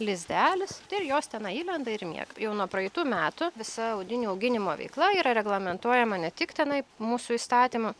lizdelis tai ir jos ten įlenda ir miega jau nuo praeitų metų visa audinių auginimo veikla yra reglamentuojama ne tik tenai mūsų įstatymu